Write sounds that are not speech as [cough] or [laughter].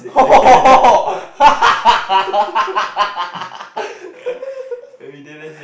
[laughs]